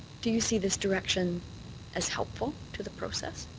do you see this direction as helpful to the process?